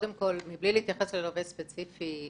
מבלי להתייחס ללווה ספציפי,